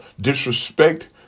disrespect